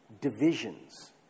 Divisions